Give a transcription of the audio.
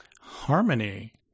Harmony